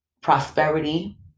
prosperity